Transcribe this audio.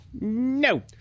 No